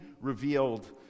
revealed